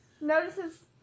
notices